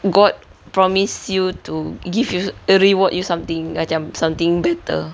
god promise you to give you err reward you something macam something better